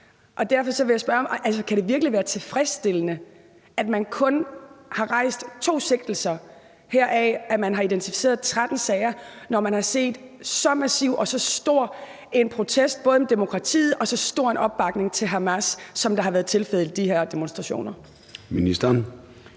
Kan det virkelig være tilfredsstillende, at man kun har rejst to sigtelser, hvor man har identificeret 13 sager, når man har set så massiv og stor en protest mod demokratiet og så stor en opbakning til Hamas, som det har været tilfældet i forbindelse med de her demonstrationer?